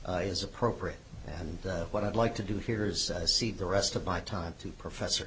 t is appropriate and what i'd like to do here is see the rest of my time to professor